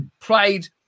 played